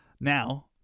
Now